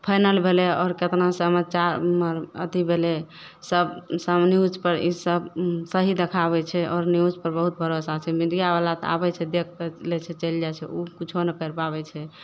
final भेलय आओर केतना समचारमे अथी भेलय सब सब न्यूजपर ई सब सही देखाबय छै आओर न्यूजपर बहुत भरोसा छै मीडियावला तऽ आबय छै देखके लै छै चलि जाइ छै उ कुछो नहि कर पाबय छै